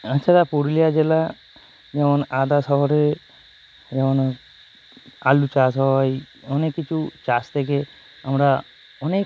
এছাড়া পুরুলিয়া জেলা যেমন আদা শহরে আলু চাষ হয় অনেক কিছু চাষ থেকে আমরা অনেক